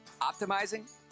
optimizing